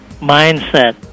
mindset